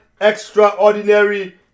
extraordinary